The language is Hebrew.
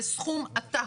זה סכום עתק,